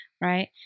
right